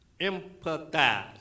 empathize